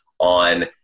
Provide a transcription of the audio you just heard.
on